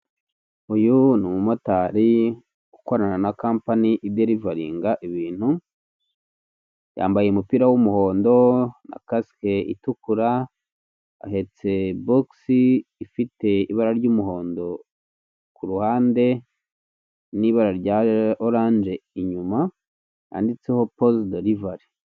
Uyu ni umumotari ukorana na kampani idelivaringa ibintu, yambaye umupira w'umuhondo na kasike itukura, ahetse bogisi ifite ibara ry'umuhondo ku ruhande n'ibara rya oranje inyuma yanditseho poze derivari.